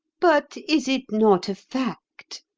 but is it not a fact,